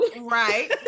Right